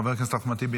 חבר הכנסת אחמד טיבי,